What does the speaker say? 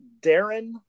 darren